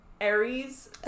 Aries